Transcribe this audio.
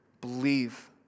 Believe